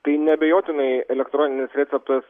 tai neabejotinai elektroninis receptas